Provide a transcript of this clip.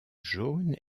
jaune